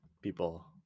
people